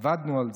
עבדנו על זה,